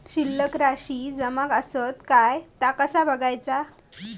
शिल्लक राशी जमा आसत काय ता कसा बगायचा?